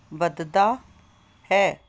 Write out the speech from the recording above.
ਵੱਧਦਾ ਹੈ